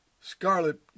Scarlet